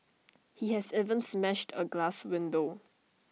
he has even smashed A glass window